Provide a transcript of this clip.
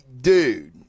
Dude